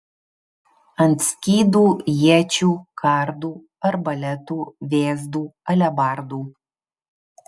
ant skydų iečių kardų arbaletų vėzdų alebardų